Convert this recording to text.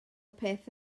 peth